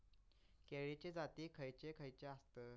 केळीचे जाती खयचे खयचे आसत?